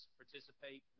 participate